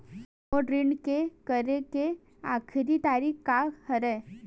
मोर ऋण के करे के आखिरी तारीक का हरे?